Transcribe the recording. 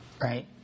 Right